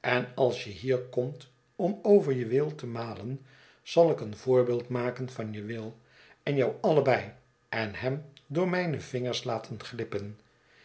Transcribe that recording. en als je hier komt om over je will te malen zal ik een voorbeeld makenvan je will en jou allebei en hem door mijne vingers laten glippen